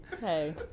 Hey